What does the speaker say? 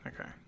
Okay